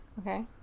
Okay